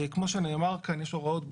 כמו שנאמר כאן יש הוראות בחוק,